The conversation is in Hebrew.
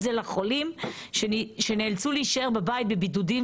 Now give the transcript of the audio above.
לשיתוף פעולה בין קואליציה לאופוזיציה,